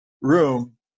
room